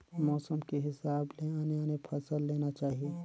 मउसम के हिसाब ले आने आने फसल लेना चाही